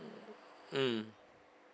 mm